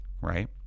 right